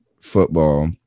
football